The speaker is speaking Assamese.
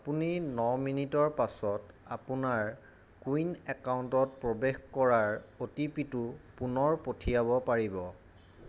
আপুনি ন মিনিটৰ পাছত আপোনাৰ কোৱিন একাউণ্টত প্ৰৱেশ কৰাৰ অ'টিপিটো পুনৰ পঠিয়াব পাৰিব